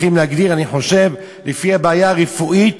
אני חושב שצריכים להגדיר לפי הבעיה הרפואית